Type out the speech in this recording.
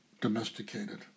domesticated